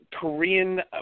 Korean